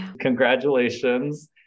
congratulations